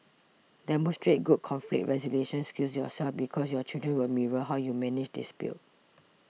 demonstrate good conflict resolution skills yourself because your children will mirror how you manage dispute